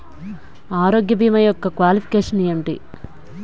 ఆరోగ్య భీమా యెక్క క్వాలిఫికేషన్ ఎంటి?